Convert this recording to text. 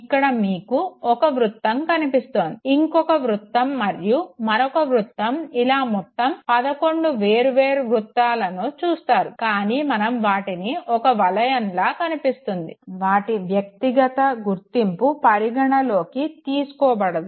ఇక్కడ మీకు ఒక వృతం కనిపిస్తోంది ఇంకొక వృతం మరియు మరొక వృతం ఇలా మొత్తం 11 వేరువేరు వృత్తాలను చూస్తారు కానీ మనం వాటిని ఒక వలయంలా కనిపిస్తుంది వాటి వ్యక్తిగత గుర్తింపు పరిగణలోకి తీసుకోబడదు